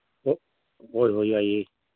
ꯍꯣꯏ ꯍꯣꯏ ꯌꯥꯏꯌꯦ